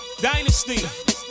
Dynasty